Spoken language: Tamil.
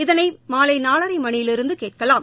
இதனை மாலை நாலரை மணியிலிருந்து கேட்கலாம்